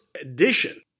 edition